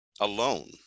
alone